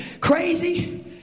crazy